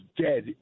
dead